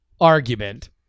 argument